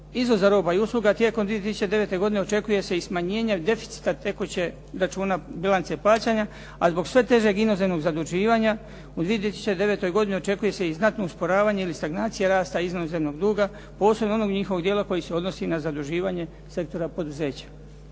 izvoza roba i usluga tijekom 2009. godine očekuje se i smanjenje deficita tekućeg računa bilance plaćanja, a zbog sve težeg inozemnog zaduživanja u 2009. godini očekuje se i znatno usporavanje ili stagnacija rasta inozemnog duga, posebno onog njihovog dijela koji se odnosi na zaduživanje sektora poduzeća.